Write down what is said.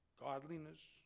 godliness